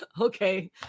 okay